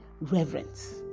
reverence